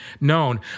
known